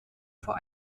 vor